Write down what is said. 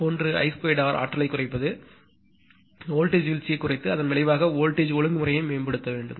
ஒன்று I2r ஆற்றலைக் குறைப்பது வோல்டேஜ் வீழ்ச்சியைக் குறைத்து அதன் விளைவாக வோல்டேஜ் ஒழுங்குமுறையை மேம்படுத்தவும்